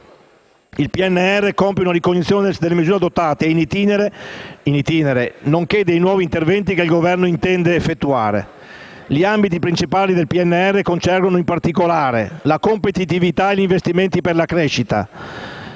il PNR compie una ricognizione delle misure adottate ed *in itinere*, nonché dei nuovi interventi che il Governo intende effettuare. Gli ambiti principali d'interesse del PNR concernono in particolare la competitività e gli investimenti per la crescita,